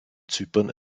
zypern